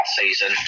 season